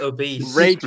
Obese